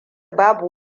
babu